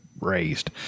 raised